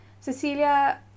cecilia